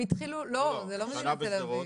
הם התחילו, לא! זה לא בגלל תל אביב.